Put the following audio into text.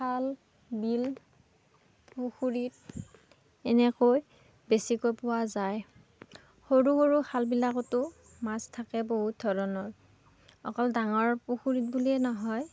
খাল বিল পুখুৰীত এনেকৈ বেছিকৈ পোৱা যায় সৰু সৰু খালবিলাকতো মাছ থাকে বহুত ধৰণৰ অকল ডাঙৰ পুখুৰীত বুলিয়ে নহয়